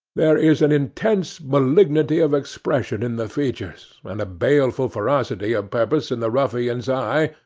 there is an intense malignity of expression in the features, and a baleful ferocity of purpose in the ruffian's eye,